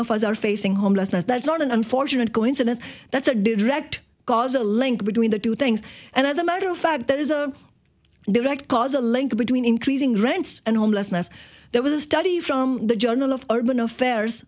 of us are facing homelessness that's not an unfortunate coincidence that's a good wrecked gaza link between the two things and as a matter of fact there is a direct causal link between increasing rents and homelessness there was a study from the journal of urban affairs